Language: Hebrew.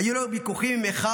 היו לו ויכוחים עם אחיו,